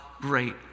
great